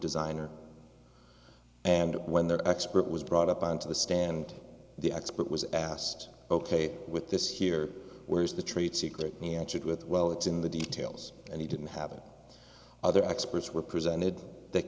designer and when the expert was brought up on to the stand the expert was asked ok with this here where is the trade secret he answered with well it's in the details and he didn't have any other experts were presented that